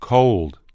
Cold